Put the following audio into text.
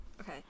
okay